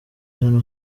hano